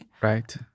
Right